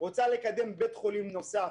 רוצה לקדם בית חולים נוסף,